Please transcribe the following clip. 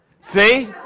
See